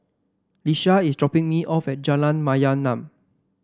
Iesha is dropping me off at Jalan Mayaanam